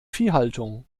viehhaltung